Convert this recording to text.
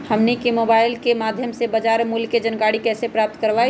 हमनी के मोबाइल के माध्यम से बाजार मूल्य के जानकारी कैसे प्राप्त करवाई?